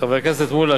חבר הכנסת מולה,